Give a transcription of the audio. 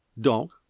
donc